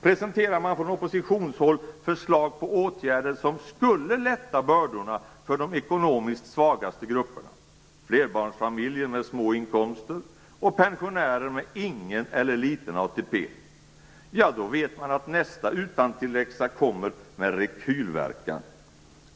Presenterar man från oppositionshåll förslag på åtgärder som skulle lätta bördorna för de ekonomiskt svagaste grupperna - flerbarnsfamiljer med små inkomster och pensionärer med ingen eller liten ATP - då vet man att nästa utantilläxa kommer med rekylverkan.